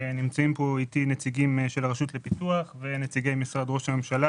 נמצאים פה איתי נציגים של הרשות לפיתוח ונציגי משרד ראש הממשלה,